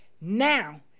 now